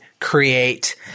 create